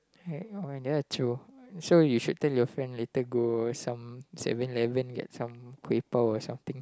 uh that one true so you should tell your friend later go some Seven Eleven get some paper or something